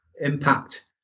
impact